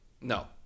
No